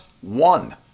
one